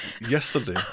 yesterday